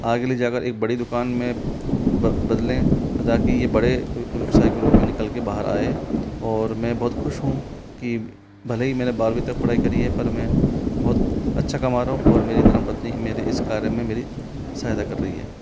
आगे ले जा कर एक बड़ी दुकान में बदलें ताकि ये बड़े व्यवसाय के रूप में निकल के बाहर आए और मैं बहुत ख़ुश हूँ कि भले ही मैंने बारवीं तक पढ़ाई करी है पर मैं बहुत अच्छा कमा रहा हूँ और मेरी धरमपत्नी मेरे इस कार्य में मेरी सहायता कर रही है